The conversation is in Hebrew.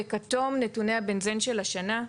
בכתום, נתוני הבנזן של השנה.